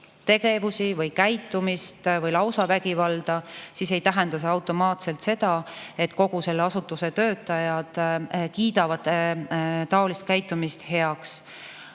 tegevusi või kasutab lausa vägivalda, siis ei tähenda see automaatselt seda, et kogu selle asutuse töötajad kiidavad taolist käitumist heaks.